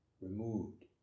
removed